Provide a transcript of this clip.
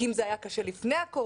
כי אם זה היה קשה לפני הקורונה,